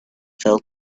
fell